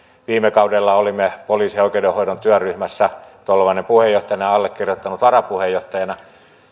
viime kaudella olimme poliisin ja oikeudenhoidon työryhmässä tolvanen puheenjohtajana ja allekirjoittanut varapuheenjohtajana